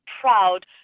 proud